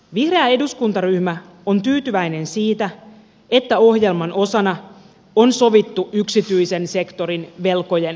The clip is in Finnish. vihreä eduskuntaryhmä on tyytyväinen siitä että ohjelman osana on sovittu yksityisen sektorin velkojen leikkauksesta